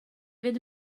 fynd